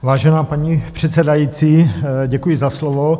Vážená paní předsedající, děkuji za slovo.